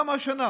גם השנה.